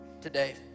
today